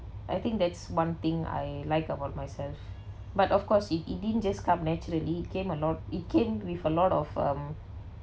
I think that's one thing I like about myself but of course it it didn't just come naturally came a lot it came with a lot of um